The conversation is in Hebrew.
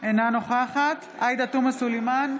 אינה נוכחת עאידה תומא סלימאן,